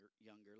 younger